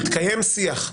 התקיים שיח.